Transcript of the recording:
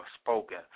Spoken